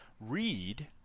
read